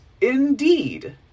indeed